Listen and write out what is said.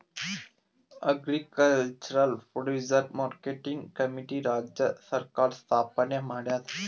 agriculture producer marketing committee ರಾಜ್ಯ ಸರ್ಕಾರ್ ಸ್ಥಾಪನೆ ಮಾಡ್ಯಾದ